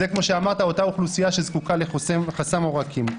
זה כמו שאמרת אותה אוכלוסייה שזקוקה לחסם עורקים.